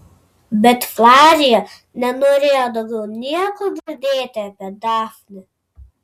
bet flavija nenorėjo nieko daugiau girdėti apie dafnę